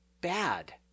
bad